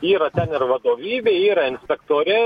yra ten ir vadovybė yra inspektoriai